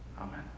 Amen